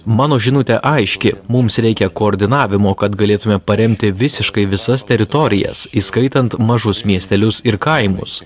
mano žinutė aiški mums reikia koordinavimo kad galėtume paremti visiškai visas teritorijas įskaitant mažus miestelius ir kaimus